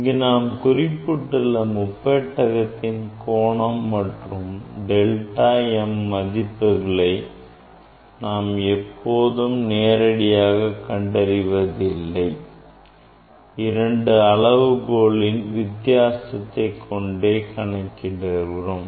இங்கு நான் குறிப்பிட்டுள்ள முப்பெட்டகத்தின் கோணம் மற்றும் delta m மதிப்புகளை நாம் எப்போதும் நேரடியாக கண்டறிவது இல்லை இரண்டு அளவுகளில் வித்தியாசத்தை கொண்டே கணக்கிடுகிறோம்